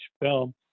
film